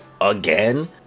again